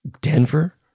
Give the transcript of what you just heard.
Denver